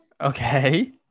Okay